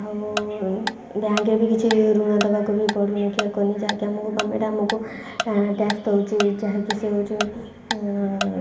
ଆଉ ବ୍ୟାଙ୍କରେ ବି କିଛି ଋଣ ଦେବାକୁ ବି ପଡ଼ୁନି କିନି ଯାହାକି ଆମକୁ ଗଭ୍ମେଣ୍ଟ ଆମକୁ ଟ୍ୟାକ୍ସ ଦେଉଛି ଯାହାକି ସେ ହେଉଛି